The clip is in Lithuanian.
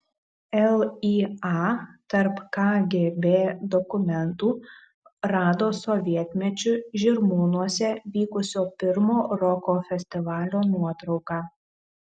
lya tarp kgb dokumentų rado sovietmečiu žirmūnuose vykusio pirmo roko festivalio nuotrauką